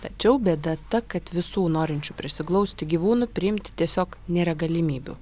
tačiau bėda ta kad visų norinčių prisiglausti gyvūnų priimti tiesiog nėra galimybių